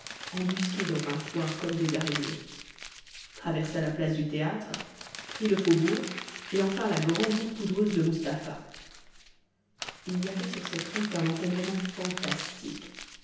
dans un coin comme des araignées traversa la place du théâtre prit le faubourg et enfin la grande route poudreuse de mustapha il y avait sur cette route un encombrement fantastique